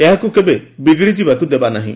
ଏହାକୁ କେବେ ବିଗିଡ଼ି ଯିବାକୁ ଦେବା ନାହିଁ